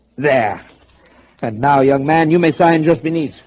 there and now young man you may sign just be nice.